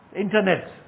Internet